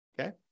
Okay